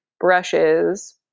brushes